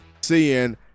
seeing